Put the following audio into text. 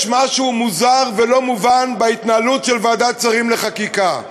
יש משהו מוזר ולא מובן בהתנהלות של ועדת השרים לחקיקה.